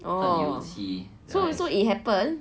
oh so so so it happen